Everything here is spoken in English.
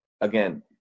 again